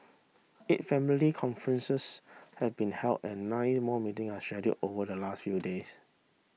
eight family conferences have been held and nine more meeting are scheduled over the last few days